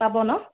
পাব ন